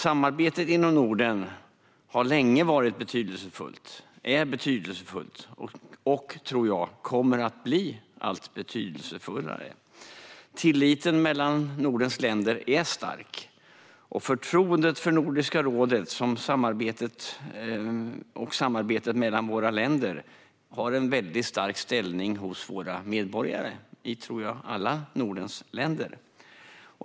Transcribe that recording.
Samarbetet inom Norden har länge varit betydelsefullt, är betydelsefullt och, tror jag, kommer att bli alltmer betydelsefullt. Tilliten mellan Nordens länder är stark, och förtroendet för Nordiska rådet och samarbetet mellan våra länder har en mycket stark ställning hos våra medborgare i alla Nordens länder.